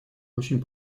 очень